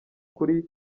kuri